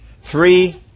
Three